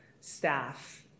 staff